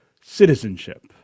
citizenship